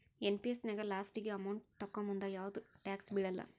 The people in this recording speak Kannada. ಎನ್.ಪಿ.ಎಸ್ ನ್ಯಾಗ ಲಾಸ್ಟಿಗಿ ಅಮೌಂಟ್ ತೊಕ್ಕೋಮುಂದ ಯಾವ್ದು ಟ್ಯಾಕ್ಸ್ ಬೇಳಲ್ಲ